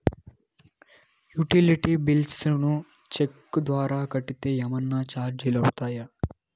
Utility bills ను cheque ద్వారా కట్టితే ఏమన్నా చార్జీలు అవుతాయా?